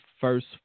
first